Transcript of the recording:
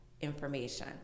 information